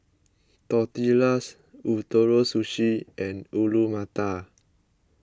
Tortillas Ootoro Sushi and Alu Matar